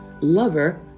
lover